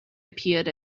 appeared